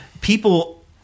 people